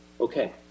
Okay